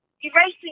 erasing